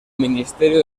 ministerio